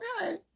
okay